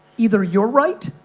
either you're right,